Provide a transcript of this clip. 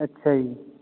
ਅੱਛਾ ਜੀ